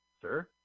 sir